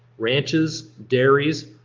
ranches, dairies,